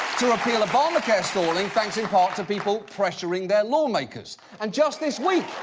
to appeal obamacare stalling, thanks in part to people pressuring their lawmakers. and, just this week,